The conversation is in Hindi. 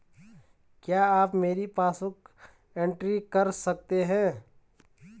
क्या आप मेरी पासबुक बुक एंट्री कर सकते हैं?